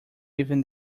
even